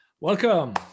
Welcome